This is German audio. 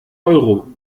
euro